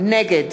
נגד